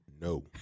No